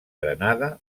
granada